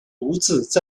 独自